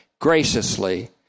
graciously